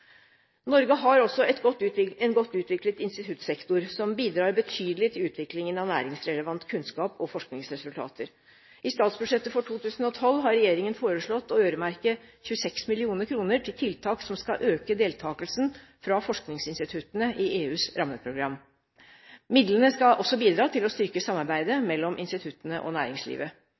Norge har også en godt utviklet instituttsektor som bidrar betydelig til utviklingen av næringsrelevant kunnskap og forskningsresultater. I statsbudsjettet for 2012 har regjeringen foreslått å øremerke 26 mill. kr til tiltak som skal øke deltakelsen fra forskningsinstituttene i EUs rammeprogram. Midlene skal også bidra til å styrke samarbeidet mellom instituttene og næringslivet.